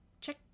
check